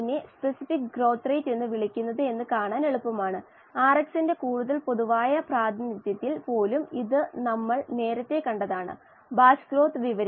dynamic പ്രതികരണ രീതി ഏറ്റവും അഭിലഷണീയം ആണ് അതിനാൽ ഇത് ഒരു ആമുഖ കോഴ്സ് ആയതിനാൽ ഡൈനാമിക് പ്രതികരണ രീതിയെക്കുറിച്ച് നമുക്ക് സംസാരിക്കാം